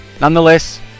Nonetheless